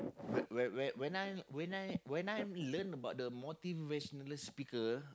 where where where when I when I when I learn about the motivational speaker